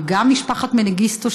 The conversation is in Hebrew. וגם משפחת מנגיסטו,